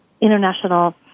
international